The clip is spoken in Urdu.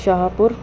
شاہ پور